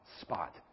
spot